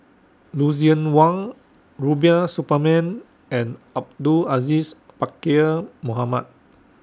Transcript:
Lucien Wang Rubiah Suparman and Abdul Aziz Pakkeer Mohamed